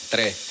Tres